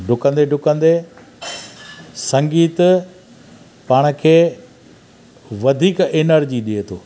डुकंदे डुकंदे संगीतु पाण खे वधीक एनर्जी ॾिए थो